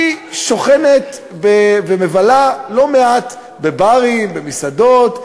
שוכנת ומבלה לא מעט בברים ובמסעדות.